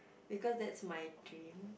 because that's my dream